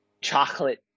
chocolate